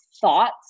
thoughts